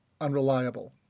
unreliable